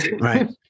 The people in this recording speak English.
Right